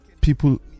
people